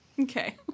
Okay